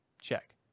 check